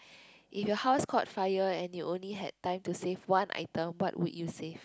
if your house caught fire and you only had time to save one item what would you save